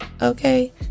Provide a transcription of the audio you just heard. Okay